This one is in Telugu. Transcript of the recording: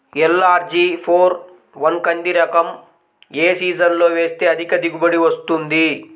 ఎల్.అర్.జి ఫోర్ వన్ కంది రకం ఏ సీజన్లో వేస్తె అధిక దిగుబడి వస్తుంది?